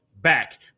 back